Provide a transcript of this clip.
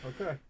Okay